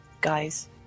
guys